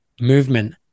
Movement